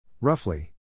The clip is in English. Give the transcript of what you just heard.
Roughly